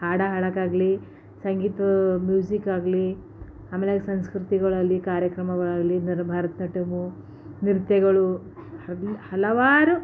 ಹಾಡ ಹಾಡೋಕಾಗಲಿ ಸಂಗೀತವು ಮ್ಯೂಸಿಕ್ಕಾಗಲಿ ಆಮೇಲೆ ಸಂಸ್ಕ್ರತಿಗಳಲ್ಲಿ ಕಾರ್ಯಕ್ರಮವಾಗಲಿ ಈ ಥರ ಭರತನಾಟ್ಯಮ್ ನೃತ್ಯಗಳು ಹಲವಾರು